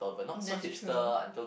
that's true